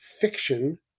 fiction